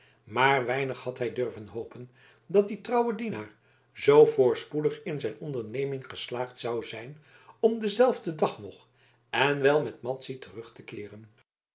maar weinig had hij durven hopen dat die trouwe dienaar zoo voorspoedig in zijn onderneming geslaagd zou zijn om denzelfden dag nog en wel met madzy terug te keeren